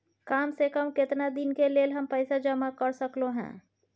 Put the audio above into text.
काम से कम केतना दिन के लेल हम पैसा जमा कर सकलौं हैं?